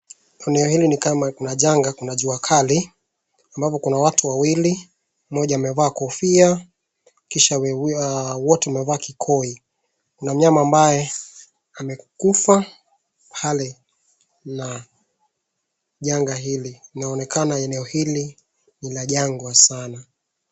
Eneo hili ni kama kuna janga, kuna jua kali. Ambapo kuna watu wawili mmoja amevaa kofia kisha wote wamevaa kikoi. Kuna myanma ambaye amekufa pale na janga hili linaoneka eneo hili ni la jangwa sana,.